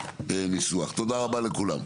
תודה רבה לכולם.